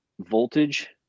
voltage